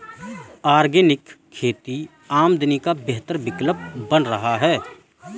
organic खेती आमदनी का बेहतर विकल्प बन रहा है